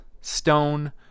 stone